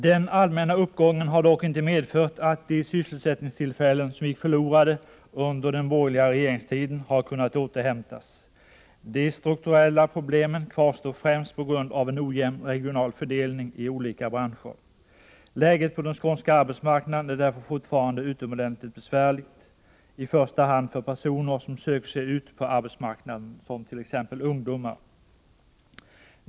Den allmänna uppgången har dock inte medfört att de sysselsättningstillfällen som gick förlorade under den borgerliga regeringstiden har kunnat återhämtas. De strukturella problemen kvarstår främst på grund av ojämn regional fördelning av olika branscher. Läget på den skånska arbetsmarknaden är därför fortfarande utomordentligt besvärligt i första hand för personer som söker sig ut på arbetsmarknaden, som t.ex. ungdomar.